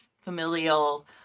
familial